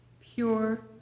Pure